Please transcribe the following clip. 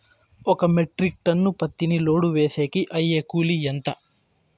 ఒక metric ton పత్తిని load వేసేకి అయ్యే కూలి ఎంత?